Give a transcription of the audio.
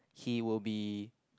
he will be